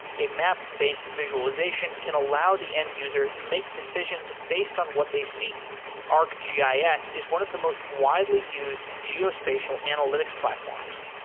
a map-based visualization can allow the end user to make decisions based on what they see arcgis ah is one of the most widely used geospatial analytics platforms.